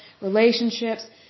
relationships